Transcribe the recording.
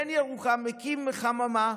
בן ירוחם הקים חממה,